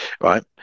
right